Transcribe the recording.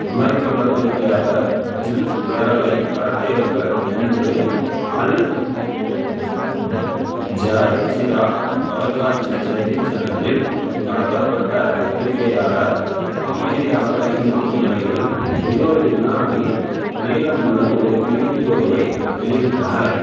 அமெரிக்க பத்திரிகையாளர் ஜில் கேரளை கடத்தியவர்கள் இன்று அல் ஜாய் சீரா தொலைக்காட்சி செய்திச் சேனலில் கடத்தப்பட்டப் பத்திரிக்கையாளர் அமைதியாக இருக்கும் நிலையில் இருபது வினாடி நீளம் உள்ள ஒரு வீடியோவை வெளியிட்டனர்